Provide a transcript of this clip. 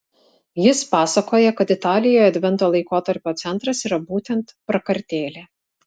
jis pasakoja kad italijoje advento laikotarpio centras yra būtent prakartėlė